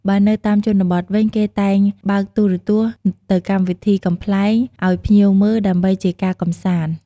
បើនៅតាមជនបទវិញ គេតែងបើកទូរទស្សន៍ទៅកម្មវិធីកំប្លែងឱ្យភ្ញៀវមើល ដើម្បីជាការកំសាន្ត។